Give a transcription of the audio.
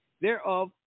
thereof